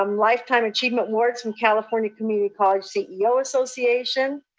um lifetime achievement awards from california community college ceo association,